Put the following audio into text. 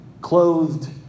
clothed